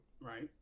right